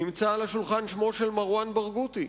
נמצא על השולחן שמו של מרואן ברגותי,